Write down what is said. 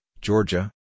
Georgia